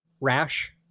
rash